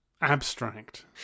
Abstract